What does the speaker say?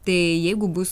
tai jeigu bus